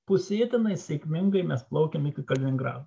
pusėtinai sėkmingai mes plaukėm iki kaliningrado